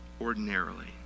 ordinarily